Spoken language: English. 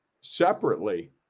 separately